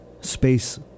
space